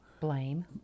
blame